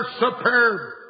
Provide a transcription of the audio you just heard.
superb